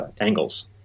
angles